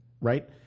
Right